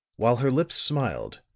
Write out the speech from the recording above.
while her lips smiled,